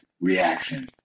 reaction